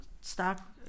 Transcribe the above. stock